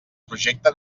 projecte